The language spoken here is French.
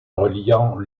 reliant